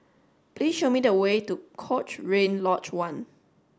please show me the way to Cochrane Lodge One